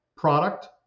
product